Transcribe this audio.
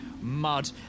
mud